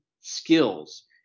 skills